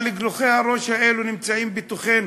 אבל גלוחי הראש האלה נמצאים בתוכנו.